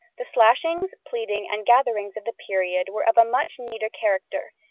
the slashings, pleating, and gatherings of the period were of a much neater character,